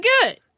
good